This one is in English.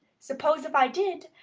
suppose, if i did,